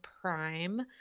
Prime